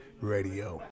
Radio